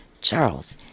Charles